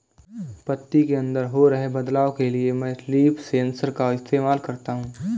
पत्ती के अंदर हो रहे बदलाव के लिए मैं लीफ सेंसर का इस्तेमाल करता हूँ